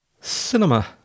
Cinema